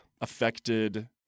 affected